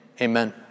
amen